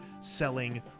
selling